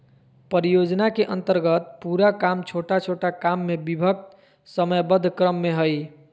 परियोजना के अन्तर्गत पूरा काम छोटा छोटा काम में विभक्त समयबद्ध क्रम में हइ